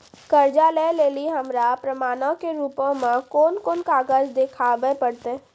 कर्जा लै लेली हमरा प्रमाणो के रूपो मे कोन कोन कागज देखाबै पड़तै?